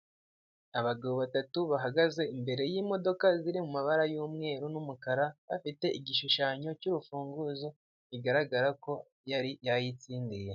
Abagabo batatu bahagaze imbere y'imodoka, ziri mu amabara y'umweru numukara. Afite igishushanyo cy 'urufunguzo, bigaragara ko yari yatsindiye imodoka.